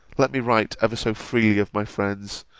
let me write ever so freely of my friends,